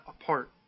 apart